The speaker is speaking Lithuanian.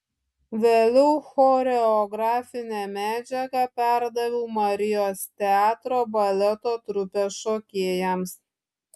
vėliau choreografinę medžiagą perdaviau marijos teatro baleto trupės šokėjams